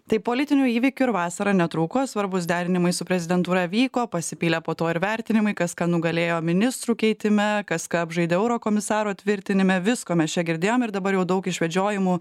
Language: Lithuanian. tai politinių įvykių ir vasarą netrūko svarbūs derinimai su prezidentūra vyko pasipylė po to ir vertinimai kas ką nugalėjo ministrų keitime kas ką apžaidė eurokomisaro tvirtinime visko mes čia girdėjom ir dabar jau daug išvedžiojimų